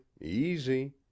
easy